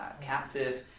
captive